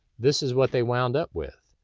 this is what they wound up with.